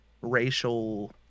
racial